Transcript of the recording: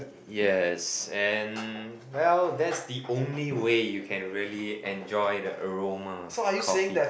yes and well that's the only way you can really enjoy the aroma of coffee